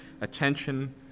attention